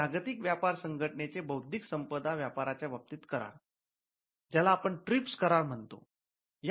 जसे जागतिक व्यापार संघटनेचे बौद्धिक संपदा व्यापाराच्या बाबतीतील करार ज्याला आपण ट्रिप्स करार म्हणतो